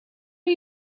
are